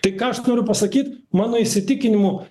tai ką aš noriu pasakyt mano įsitikinimu